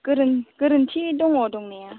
गोरोन गोरोन्थि दङ दंनाया